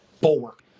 bulwark